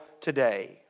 today